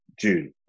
June